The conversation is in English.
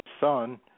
son